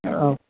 ஆ